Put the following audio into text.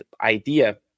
idea